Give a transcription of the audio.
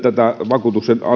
vakuutuksen